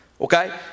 Okay